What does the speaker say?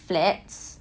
flats